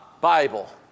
Bible